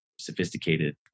sophisticated